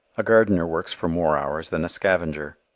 a gardener works for more hours than a scavenger.